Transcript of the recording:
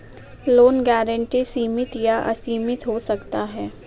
loan guarantee सीमित या असीमित हो सकता है